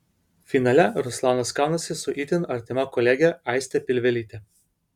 finale ruslanas kaunasi su itin artima kolege aiste pilvelyte